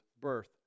birth